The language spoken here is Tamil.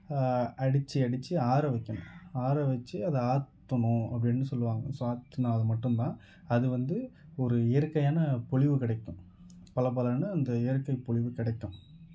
அதை அடித்து அடித்து ஆறவைக்கணும் ஆறவைச்சி அதை ஆற்றணும் அப்படினு சொல்வாங்க ஸோ ஆற்றணும் அதை மட்டும் தான் அது வந்து ஒரு இயற்கையான பொலிவு கிடைக்கும் பளபளன்னு அந்த அந்த இயற்கை பொலிவு கிடைக்கும்